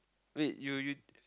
wait you you